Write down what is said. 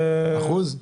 אחוז?